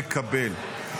יקבל.